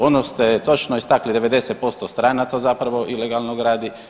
Ono što je točno istakli 90% stranaca zapravo ilegalno gradi.